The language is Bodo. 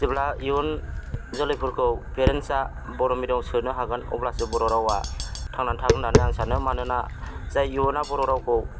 जेब्ला इयुन जोलैफोरखौ पेरेन्टसा बर' मिडियामआव सोनो हागोन अब्लासो बर' रावआ थांनानै थागोन होन्नानै आं सानो मानोना जाय इयुना बर' रावखौ